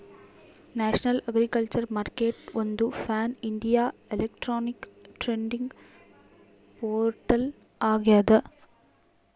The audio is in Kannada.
ನ್ಯಾಷನಲ್ ಅಗ್ರಿಕಲ್ಚರ್ ಮಾರ್ಕೆಟ್ಒಂದು ಪ್ಯಾನ್ಇಂಡಿಯಾ ಎಲೆಕ್ಟ್ರಾನಿಕ್ ಟ್ರೇಡಿಂಗ್ ಪೋರ್ಟಲ್ ಆಗ್ಯದ